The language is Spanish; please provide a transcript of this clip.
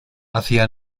hacia